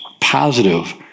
positive